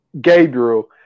Gabriel